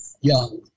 young